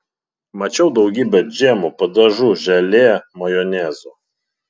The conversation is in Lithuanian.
mačiau daugybę džemų padažų želė majonezo